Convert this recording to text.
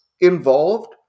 involved